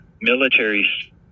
military